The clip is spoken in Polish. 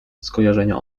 skojarzenia